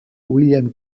william